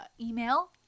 email